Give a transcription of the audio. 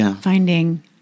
finding